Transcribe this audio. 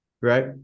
Right